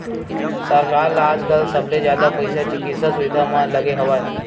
सरकार ल आजकाल सबले जादा पइसा चिकित्सा सुबिधा म लगे हवय